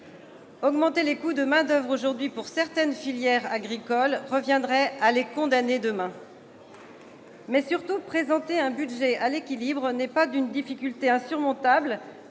Augmenter les coûts de main-d'oeuvre aujourd'hui pour certaines filières agricoles reviendrait à les condamner demain. Bien ! Mais surtout présenter un budget à l'équilibre n'est pas d'une difficulté insurmontable